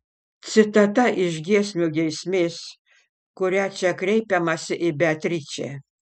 citata iš giesmių giesmės kuria čia kreipiamasi į beatričę